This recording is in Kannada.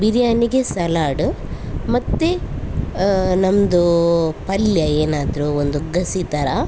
ಬಿರಿಯಾನಿಗೆ ಸಲಾಡ್ ಮತ್ತು ನಮ್ದು ಪಲ್ಯ ಏನಾದರು ಒಂದು ಗಸಿ ಥರ